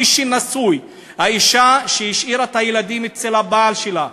מי שנשוי, האישה שהשאירה את הילדים אצל הבעל שלה,